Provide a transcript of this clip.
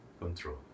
control